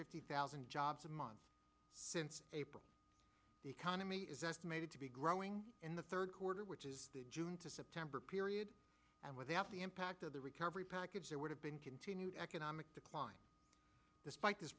fifty thousand jobs a month since april the economy is estimated to be growing in the third quarter which is june to september period and without the impact of the recovery package there would have been continued economic decline despite this